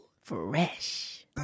Fresh